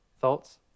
Thoughts